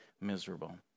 miserable